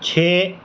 چھ